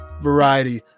variety